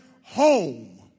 home